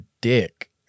dick